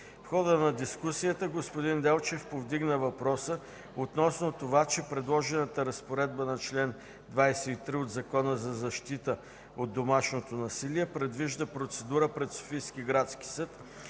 В хода на дискусията господин Делчев повдигна въпроса относно това, че предложената разпоредба на чл. 23 от Закона за защита от домашното насилие предвижда процедура пред Софийския градски съд